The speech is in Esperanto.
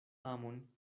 amon